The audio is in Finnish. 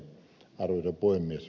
arvoisa puhemies